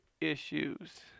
issues